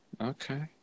Okay